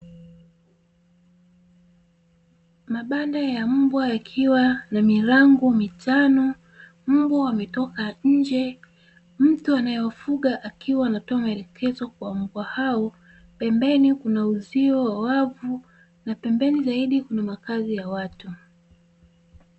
Mabanda ya mbwa yakiwa na milango mitano, mbwa wametoka nnje mtu anayewafuga, akiwa anatoa maelekezo kwa mbwa hao pembeni kuna uzio wa wavu na pembeni zaidi kuna makazi ya watu.